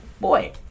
Boy